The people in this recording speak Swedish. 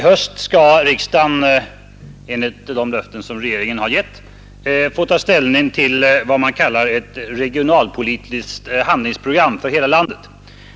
Herr talman! I höst skall riksdagen ta ställning till ett regionalpolitiskt handlingsprogram för hela landet.